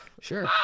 Sure